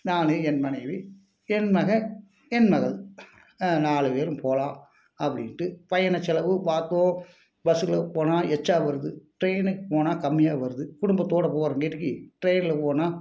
நான் என் மனைவி என் மகன் என் மகள் நாலு பேரும் போகலாம் அப்படின்ட்டு பயண செலவு பார்த்தோம் பஸ்ஸில் போனால் எச்சா வருது ட்ரெயினுக்கு போனால் கம்மியாக வருது குடும்பத்தோடு போறம்மேட்டிக்கு டிரெயின்ல போனால்